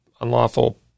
unlawful